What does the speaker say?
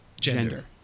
gender